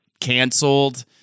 canceled